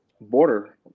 border